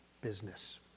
business